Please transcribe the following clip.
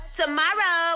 tomorrow